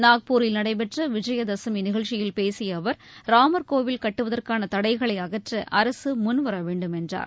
நாக்பூரில் நடைபெற்ற விஜயதசமி நிகழ்ச்சியில் பேசிய அவர் ராமர்கோவில் கட்டுவதற்கான தடைகளை அகற்ற அரசு முன்வர வேண்டும் என்றார்